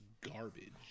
garbage